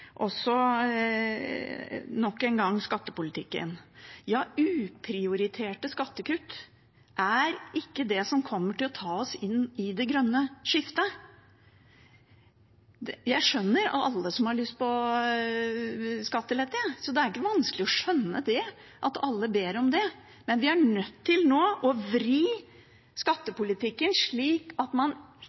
skattepolitikken. Uprioriterte skattekutt er ikke det som kommer til å ta oss inn i det grønne skiftet. Jeg skjønner alle som har lyst på skattelette, det er ikke vanskelig å skjønne at alle ber om det, men nå er vi nødt til å vri skattepolitikken slik at man